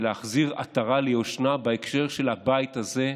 ולהחזיר עטרה ליושנה בהקשר של הבית הזה,